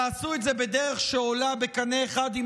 תעשו את זה בדרך שעולה בקנה אחד עם